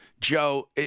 joe